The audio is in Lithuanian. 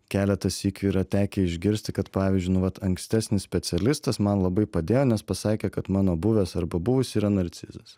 keletą sykių yra tekę išgirsti kad pavyzdžiui nu vat ankstesnis specialistas man labai padėjo nes pasakė kad mano buvęs arba buvusi yra narcizas